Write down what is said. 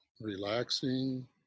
relaxing